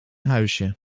huisje